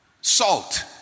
Salt